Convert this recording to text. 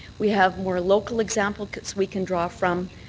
we have more local examples we can draw from.